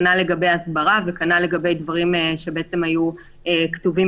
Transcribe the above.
כנ"ל לגבי הסברה וכנ"ל לגבי דברים שהיו כתובים